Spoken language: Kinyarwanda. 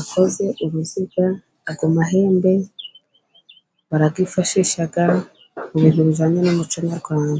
akoze uruziga, ayo mahembe barayifashisha mu bintu bijyanye n'umuco Nyarwanda.